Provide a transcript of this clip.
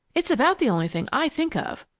it's about the only thing i think of.